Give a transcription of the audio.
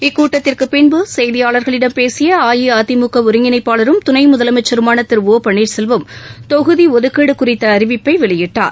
இக்கூட்டத்திற்கு பின் செய்தியாளர்களிடம் பேசிய அஇஅதிமுக ஒருங்கிணைப்பாளரும் துணை முதலமைச்சருமான திரு ஓ பள்ளீர்செல்வம் தொகுதி ஒதுக்கீடு குறித்த அறிவிப்பை வெளியிட்டார்